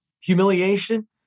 Humiliation